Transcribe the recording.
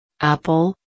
Apple